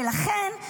ולכן,